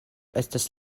estas